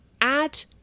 add